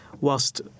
whilst